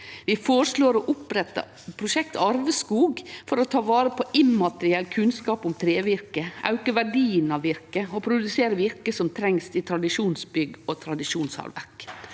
Vi føreslår å opprette prosjektet Arveskog for å ta vare på immateriell kunnskap om trevirke, auke verdien av virke og produsere virke som trengst til tradisjonsbygg og tradisjonshandverk.